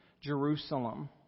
Jerusalem